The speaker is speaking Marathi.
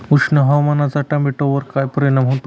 उष्ण हवामानाचा टोमॅटोवर काय परिणाम होतो?